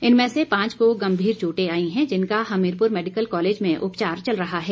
इनमें से पांच को गंभीर चोटे आई हैं जिनका हमीरपुर मैडिकल कॉलेज में उपचार चल रहा है